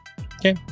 Okay